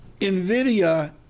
Nvidia